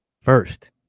first